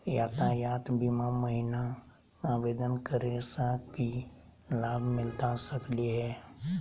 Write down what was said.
यातायात बीमा महिना आवेदन करै स की लाभ मिलता सकली हे?